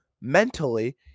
mentally